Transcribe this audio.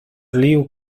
liu